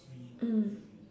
mm